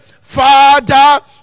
Father